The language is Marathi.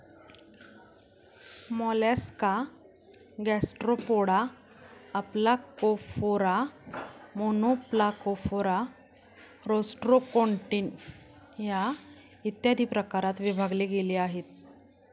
Mollusca Gastropoda, Aplacophora, Monoplacophora, Rostroconchia, इत्यादी प्रकारात विभागले गेले आहे